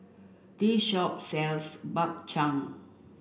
this shop sells Bak Chang